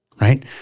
Right